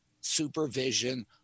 supervision